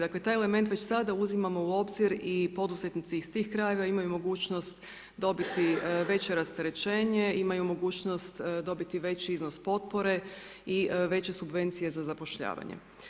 Dakle, taj element već sada uzimamo u obzir i poduzetnici iz tih krajeva imaju mogućnost dobiti veće rasterećenje, imaju mogućnost dobiti veći iznos potpore i veće subvencije za zapošljavanje.